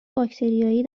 باکتریایی